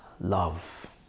love